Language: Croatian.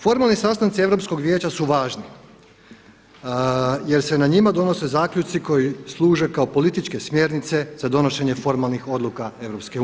Formalni sastanci Europskog vijeća su važni, jer se na njima donose zaključci koji služe kao političke smjernice za donošenje formalnih odluka EU.